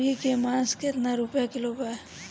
मुर्गी के मांस केतना रुपया किलो बा?